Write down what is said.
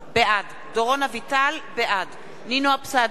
בעד נינו אבסדזה,